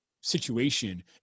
situation